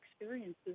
experiences